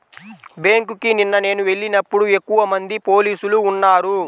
బ్యేంకుకి నిన్న నేను వెళ్ళినప్పుడు ఎక్కువమంది పోలీసులు ఉన్నారు